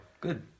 good